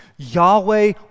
Yahweh